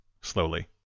slowly